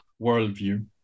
worldview